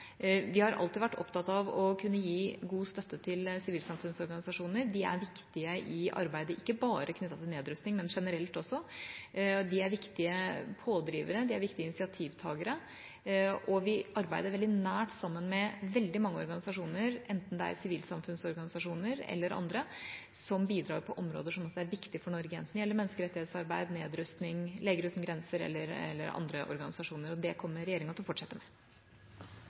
Vi har alltid vært opptatt av å kunne gi god støtte til sivilsamfunnsorganisasjoner. De er viktige ikke bare i arbeidet knyttet til nedrustning, men generelt også. De er viktige pådrivere. De er viktige initiativtakere. Vi arbeider veldig nært sammen med veldig mange organisasjoner, enten det er sivilsamfunnsorganisasjoner eller andre som bidrar på områder som også er viktige for Norge, eller det gjelder menneskerettighetsarbeid, nedrustning, Leger Uten Grenser eller andre organisasjoner. Det kommer regjeringa til å fortsette med.